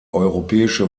europäische